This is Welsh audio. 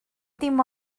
dim